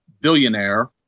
billionaire